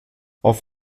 auf